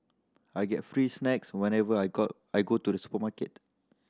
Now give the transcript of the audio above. I get free snacks whenever I got I go to the supermarket